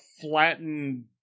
flattened